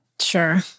Sure